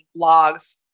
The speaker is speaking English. blogs